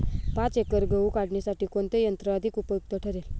पाच एकर गहू काढणीसाठी कोणते यंत्र अधिक उपयुक्त ठरेल?